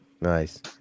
Nice